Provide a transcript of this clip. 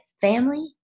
family